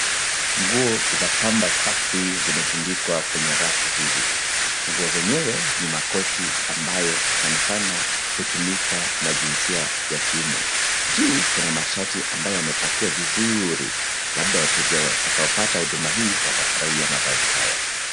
Nguo za pamba safi zimetundikuwa kwenye rafu hizi. Nguo zenyewe ni makoti ambayo sanasana kutumika na jinsi ya yakiume. juu, kuna mashati ambayo yamepakiwa vizuri. Labda wateje watakayopata huduma hii watafrahia mavazi haya.